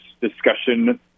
discussion